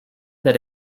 that